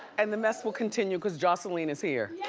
and the mess will continue cause joseline is here.